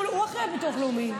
למה שהוא, הוא אחראי לביטוח לאומי.